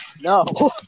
No